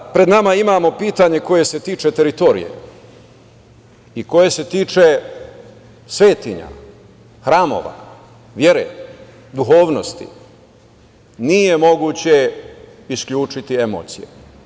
Kada pred nama imamo pitanje koje se tiče teritorije i koje se tiče svetinja, hramova, vere, duhovnosti, nije moguće isključiti emocije.